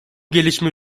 gelişme